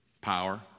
Power